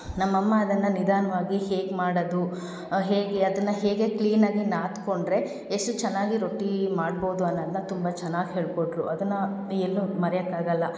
ನಮ್ಮ ಅಮ್ಮ ಅದನ್ನು ನಿಧಾನವಾಗಿ ಹೇಗೆ ಮಾಡೋದು ಹೇಗೆ ಅದನ್ನು ಹೇಗೆ ಕ್ಲೀನಾಗಿ ನಾದಿಕೊಂಡ್ರೆ ಎಷ್ಟು ಚೆನ್ನಾಗಿ ರೊಟ್ಟಿ ಮಾಡ್ಬೋದು ಅನ್ನೋದ್ನ ತುಂಬ ಚೆನ್ನಾಗಿ ಹೇಳಿಕೊಟ್ರು ಅದನ್ನು ಎಲ್ಲೂ ಮರ್ಯೋಕ್ಕಾಗಲ್ಲ